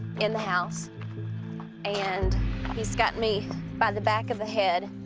in the house and he's got me by the back of the head.